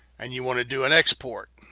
and you want to do an export.